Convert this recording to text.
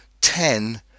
ten